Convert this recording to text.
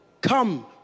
come